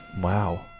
wow